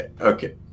Okay